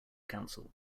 council